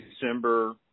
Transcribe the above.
December